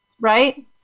Right